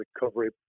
recovery